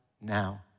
now